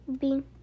Bean